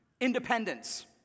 independence